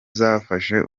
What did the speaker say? zafashe